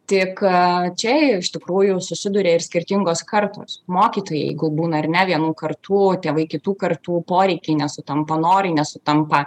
tik čia iš tikrųjų susiduria ir skirtingos kartos mokytojai jeigu būna ar ne vienų kartų tėvai kitų kartų poreikiai nesutampa norai nesutampa